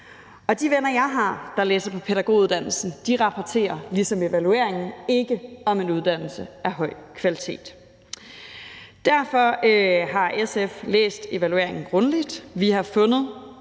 De venner, jeg har, der læser på pædagoguddannelsen, rapporterer ligesom evalueringen ikke om en uddannelse af høj kvalitet. Derfor har SF læst evalueringen grundigt. Vi har fundet